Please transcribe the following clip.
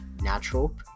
natural